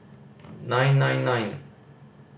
nine nine nine